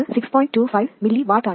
25 mW ആണ്